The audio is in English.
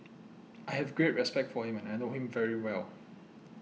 I have great respect for him and I know him very well